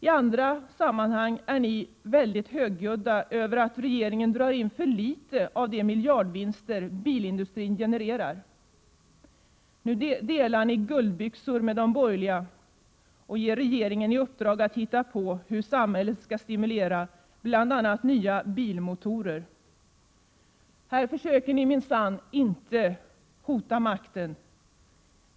I andra sammanhang talar ni högljutt om att regeringen drar in för litet av de miljardvinster bilindustrin genererar. Nu delar ni guldbyxor med de borgerliga och ger regeringen i uppdrag att hitta på hur samhället skall göra för att stimulera bl.a. nya bilmotorer. Här försöker ni minsann inte hota makten.